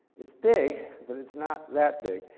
it's big, but it's not that big.